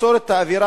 ליצור את האווירה,